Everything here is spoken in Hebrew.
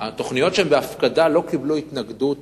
התוכניות שהן בהפקדה לא קיבלו התנגדות